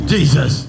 Jesus